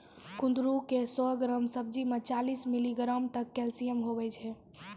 कुंदरू के सौ ग्राम सब्जी मे चालीस मिलीग्राम तक कैल्शियम हुवै छै